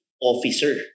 officer